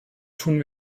tun